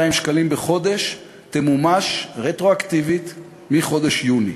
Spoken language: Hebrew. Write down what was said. שקלים בחודש תמומש רטרואקטיבית מחודש יוני.